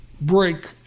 break